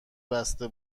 بسته